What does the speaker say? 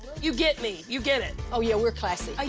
you get me. you get it. oh, yeah, we're classy.